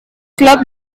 club